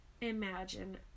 imagine